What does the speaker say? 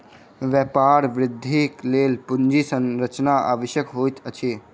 व्यापार वृद्धिक लेल पूंजी संरचना आवश्यक होइत अछि